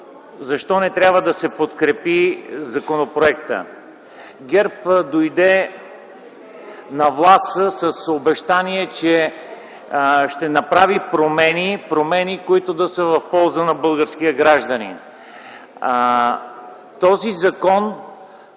защо не трябва да се подкрепи законопроекта. ГЕРБ дойде на власт с обещание, че ще направи промени – промени, които да са в полза на българския гражданин. Този закон